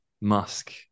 Musk